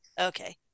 Okay